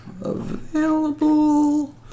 available